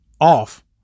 off